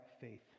faith